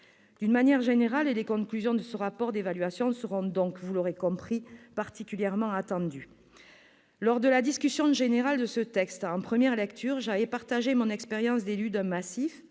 D'une manière générale, les conclusions de ce rapport d'évaluation seront donc, vous l'aurez compris, particulièrement attendues. Lors de la discussion générale de ce texte en première lecture, j'avais partagé mon expérience d'élue d'un massif,